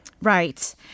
Right